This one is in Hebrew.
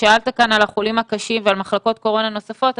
שאלת כאן על החולים הקשים ועל מחלקות קורונה נוספות.